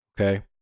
Okay